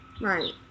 right